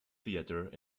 theatre